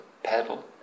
pedal